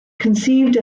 conceived